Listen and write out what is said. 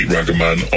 Ragaman